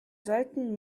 sollten